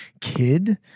kid